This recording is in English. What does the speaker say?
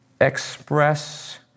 Express